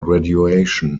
graduation